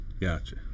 Gotcha